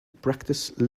practice